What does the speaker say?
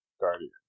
guardian